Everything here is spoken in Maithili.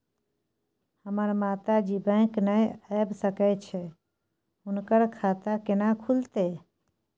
हमर माता जी बैंक नय ऐब सकै छै हुनकर खाता केना खूलतै?